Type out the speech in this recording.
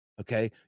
Okay